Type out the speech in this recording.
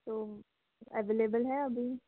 तो अवेलेबल है अभी